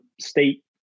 State